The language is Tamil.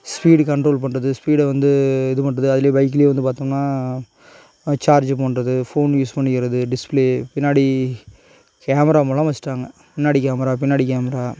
ஸ்பீடு கண்ட்ரோல் பண்ணுறது ஸ்பீடை வந்து இது பண்ணுறது அதுல பைக்லே வந்து பார்த்தோம்னா அந்த சார்ஜ் பண்ணுறது ஃபோன் யூஸ் பண்ணிக்கிறது டிஸ்பிளே பின்னாடி கேமரா மூலம் வச்சிட்டாங்க முன்னாடி கேமரா பின்னாடி கேமரா